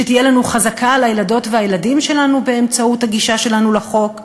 שתהיה לנו חזקה על הילדות והילדים שלנו באמצעות הגישה שלנו לחוק.